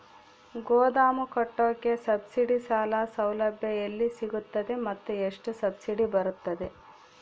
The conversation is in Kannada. ಗೋದಾಮು ಕಟ್ಟೋಕೆ ಸಬ್ಸಿಡಿ ಸಾಲ ಸೌಲಭ್ಯ ಎಲ್ಲಿ ಸಿಗುತ್ತವೆ ಮತ್ತು ಎಷ್ಟು ಸಬ್ಸಿಡಿ ಬರುತ್ತೆ?